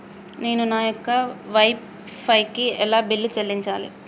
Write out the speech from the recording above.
నేను నా యొక్క వై ఫై కి ఎలా బిల్లు చెల్లించాలి?